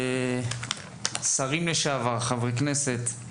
שרים לשעבר, חברי כנסת.